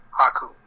Haku